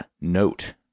note